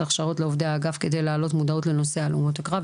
ההכשרות לעובדי האגף כדי להעלות מודעות לנושא הלומות הקרב,